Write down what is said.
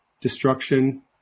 destruction